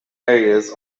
areas